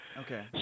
Okay